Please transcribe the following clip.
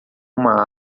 uma